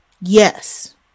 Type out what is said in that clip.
Yes